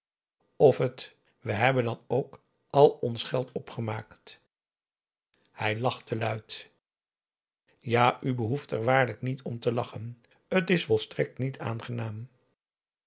of het we hebben dan ook al ons geld opgemaakt hij lachte luid ja u behoeft er waarlijk niet om te lachen t is volstrekt niet aangenaam